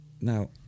Now